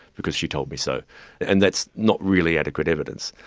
because she told me so and that's not really adequate evidence,